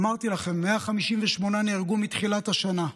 אמרתי לכם, 158 נהרגו מתחילת השנה.